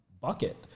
bucket